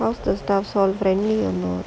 how the staff all